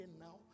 now